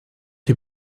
die